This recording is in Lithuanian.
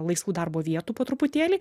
laisvų darbo vietų po truputėlį